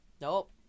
Nope